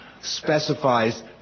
specifies